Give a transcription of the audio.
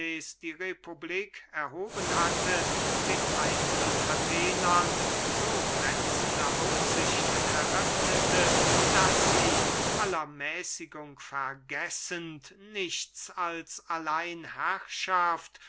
die republik erhoben hatte den eiteln athenern so glänzende aussichten eröffnete daß sie aller mäßigung vergessend nichts als alleinherrschaft